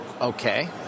Okay